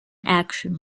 action